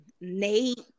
nate